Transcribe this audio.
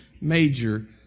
major